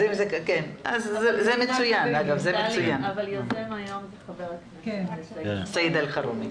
אבל יוזם את היום הזה ח"כ סעיד אלחרומי.